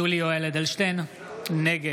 (קורא בשמות חברי הכנסת) יולי יואל אדלשטיין, נגד